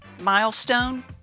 Milestone